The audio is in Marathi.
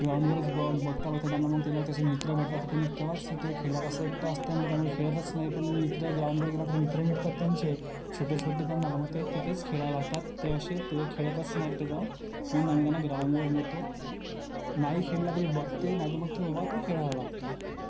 ग्राउंडवरच बॉल बघता बघता त्यांना मग त्याला त्याचे मित्र भेटतात तर ते मि तेव्हाच त्या खेळात असं एकटं असल्यामुळे त्यामुळे खेळतच नाही पण मित्र ग्राउंडवर गेला तर मित्र भेटतात त्यांचे छोटेछोटे त्यांना तर मग ते तेथेच खेळायला लागतात ते असे ते खेळतच नाही ते जाऊन म्हणून आम्ही त्यांना ग्राउंडवर नेतो नाही खेळला तरी बघते नाही तर मग तो तेव्हा तो खेळायला लागतो